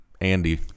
Andy